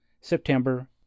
September